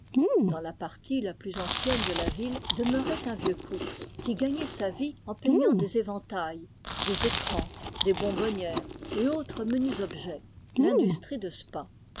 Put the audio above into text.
dans la partie la plus ancienne de la ville demeurait un vieux couple qui gagnait sa vie en peignant des éventails des écrans des bonbonnières et autres menus objets l'industrie de spa